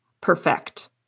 perfect